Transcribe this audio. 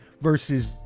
versus